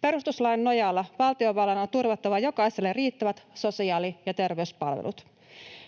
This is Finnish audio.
Perustuslain nojalla valtiovallan on turvattava jokaiselle riittävät sosiaali‑ ja terveyspalvelut.